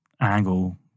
angle